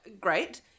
great